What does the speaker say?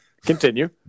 Continue